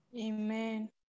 Amen